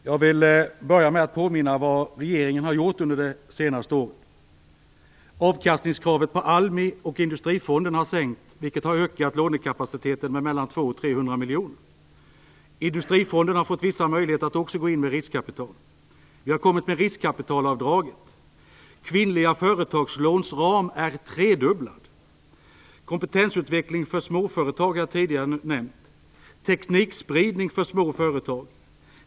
Herr talman! Jag vill börja med att påminna om vad regeringen har gjort under det senaste året. Avkastningskravet på ALMI och Industrifonden har sänkts, vilket har ökat lånekapaciteten med 200-300 miljoner. Industrifonden har fått vissa möjligheter att också gå in med riskkapital. Vi har kommit med riskkapitalavdraget. Ramen för kvinnliga företagslån är tredubblad. Kompetensutveckling för småföretag har jag nämnt tidigare. Vidare har vi teknikspridning för små företag.